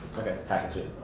okay package it.